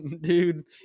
dude